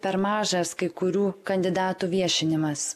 per mažas kai kurių kandidatų viešinimas